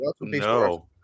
No